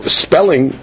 spelling